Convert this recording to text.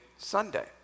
Sunday